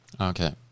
Okay